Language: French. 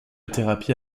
thérapie